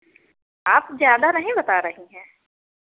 आप ज़्यादा नहीं बता रही हैं